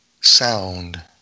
sound